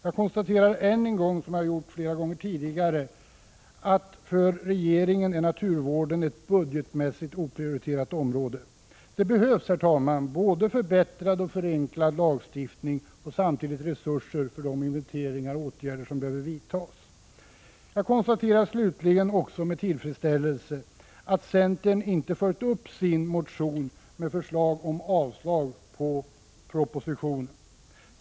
Jag konstaterar än en gång att naturvården för regeringen är ett budgetmässigt oprioriterat område. Det behövs både förbättrad och förenklad lagstiftning och samtidigt resurser för de inventeringsåtgärder som behöver vidtas. Jag konstaterar slutligen också med tillfredsställelse att centern inte följer upp sin motion med förslag om avslag på propositionen.